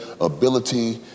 ability